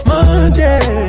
Monday